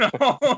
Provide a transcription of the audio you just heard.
No